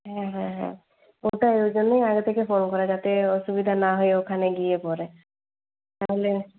হ্যাঁ হ্যাঁ হ্যাঁ ওটাই ওই জন্যেই আগে থেকে ফোন করা যাতে অসুবিধা না হয় ওখানে গিয়ে পরে তাহলে